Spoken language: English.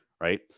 right